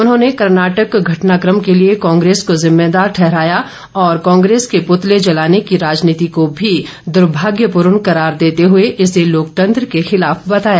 उन्होंने कर्नाटक घटनाक्रम के लिए कांग्रेस को जिम्मेवार ठहराया और कांग्रेस की पुतले जलाने की राजनीति को भी दुर्भाग्यपूर्ण करार देते हुए इसे लोकतंत्र के खिलाफ बताया